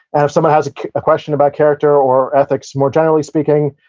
and if someone has a question about character or ethics more generally speaking,